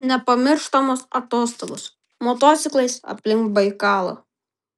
nepamirštamos atostogos motociklais aplink baikalą